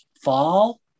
fall